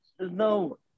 No